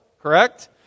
correct